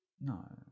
No